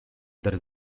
there